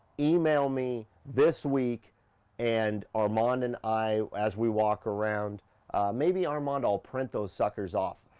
email me this week and, armand and i as we walk around maybe armand, i'll print those suckers off.